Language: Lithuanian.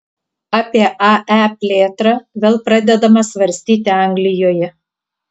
apie ae plėtrą vėl pradedama svarstyti anglijoje